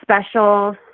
special